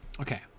Okay